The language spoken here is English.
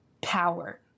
power